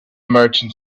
merchant